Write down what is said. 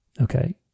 Okay